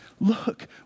Look